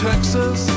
Texas